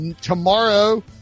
tomorrow